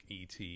et